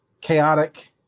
chaotic